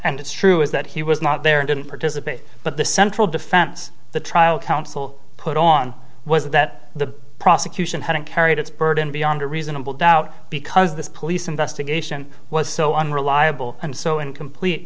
and it's true is that he was not there and didn't participate but the central defense the trial counsel put on was that the prosecution hadn't carried its burden beyond a reasonable doubt because this police investigation was so unreliable and so incomplete